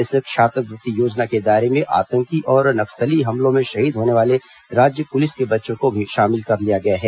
इस छात्रवृत्ति योजना के दायरे में आतंकी और माओवादी हमलों में शहीद होने वाले राज्य पुलिस के बच्चों को भी शामिल कर लिया गया है